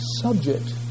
subject